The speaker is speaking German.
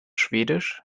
schwedisch